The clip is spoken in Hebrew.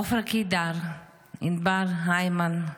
עפרה קידר, ענבר הימן,